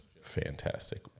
fantastic